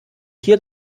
hier